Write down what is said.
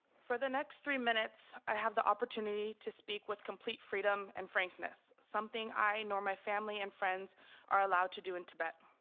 for the next three minutes i have the opportunity to speak with complete freedom and frankness, something i nor my family and friends are allowed to do in tibet.